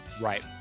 Right